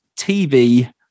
TV